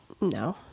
no